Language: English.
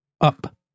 Up